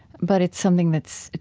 but it's something that's,